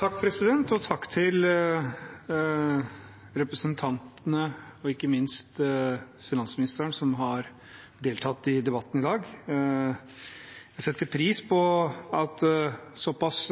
Takk til representantene, og ikke minst til finansministeren, som har deltatt i debatten i dag. Jeg setter pris på at såpass